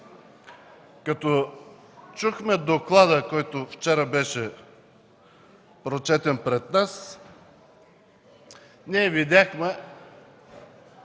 Като чухме доклада, който вчера беше прочетен пред нас, видяхме